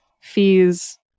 fees